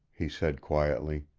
he said quietly.